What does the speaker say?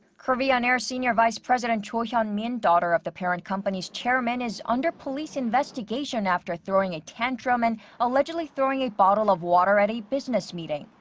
korean air senior vice president cho hyun-min, daughter of the parent company's chairman, is under police investigation after throwing a tantrum and allegedly throwing a bottle of water at a business meeting.